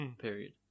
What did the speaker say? period